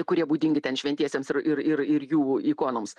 kurie būdingi ten šventiesiems ir ir ir ir jų ikonoms